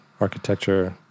architecture